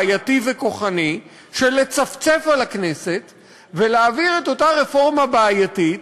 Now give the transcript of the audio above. בעייתי וכוחני של לצפצף על הכנסת ולהעביר את אותה רפורמה בעייתית,